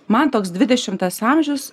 man toks dvidešimtas amžius